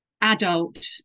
adult